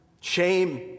shame